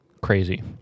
crazy